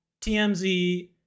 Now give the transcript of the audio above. TMZ